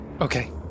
Okay